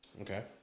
Okay